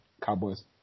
cowboys